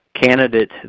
candidate